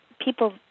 people